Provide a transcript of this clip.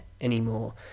anymore